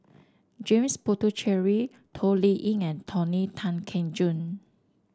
James Puthucheary Toh Liying and Tony Tan Keng Joo